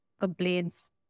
complaints